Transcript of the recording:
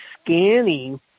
scanning